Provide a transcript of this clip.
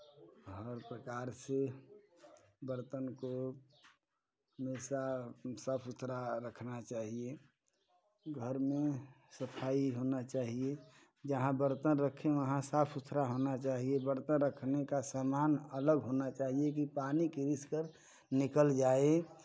हर प्रकार से बर्तन को हमेशा साफ सुथरा रखना चाहिये घर में सफाई होना चाहिये जहाँ बर्तन रखें वहाँ साफ सुथरा होना चाहिये बर्तन रखने का सामान अलग होने चाहिये कि पानी रीस कर निकल जाये